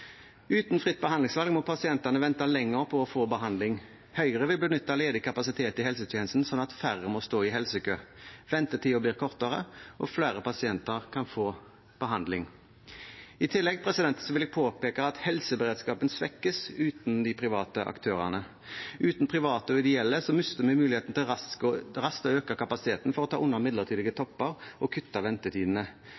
Uten fritt behandlingsvalg må pasientene vente lenger på å få behandling. Høyre vil benytte ledig kapasitet i helsetjenesten, sånn at færre må stå i helsekø. Ventetiden blir kortere, og flere pasienter kan få behandling. I tillegg vil jeg påpeke at helseberedskapen svekkes uten de private aktørene. Uten private og ideelle mister vi muligheten til raskt å øke kapasiteten for å ta unna midlertidige